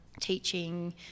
teaching